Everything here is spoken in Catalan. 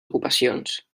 ocupacions